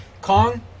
Kong